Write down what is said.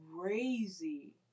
crazy